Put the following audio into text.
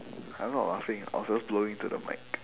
I'm not laughing I was just blowing into the mic